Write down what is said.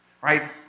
right